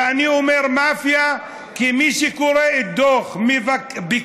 ואני אומר מאפיה כי מי שקורא את דוח הביקורת